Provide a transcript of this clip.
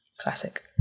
Classic